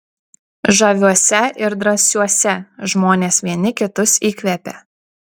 žaviuose ir drąsiuose žmonės vieni kitus įkvepia